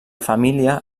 família